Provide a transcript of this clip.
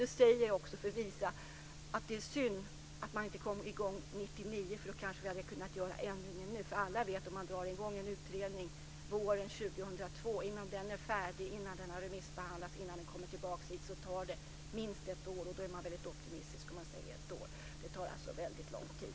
Det säger jag också för att visa att det är synd att man inte kom i gång 1999, för då kanske vi hade kunnat göra ändringen nu. Alla vet att om man drar i gång en utredning våren 2002, så tar det minst ett år innan den är färdig, har remissbehandlats och kommit tillbaka hit, och då är man väldigt optimistisk om man säger ett år. Det tar alltså väldigt lång tid.